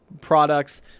products